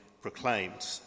proclaimed